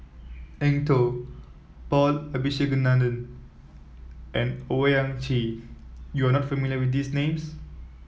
Eng Tow Paul Abisheganaden and Owyang Chi you are not familiar with these names